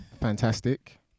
Fantastic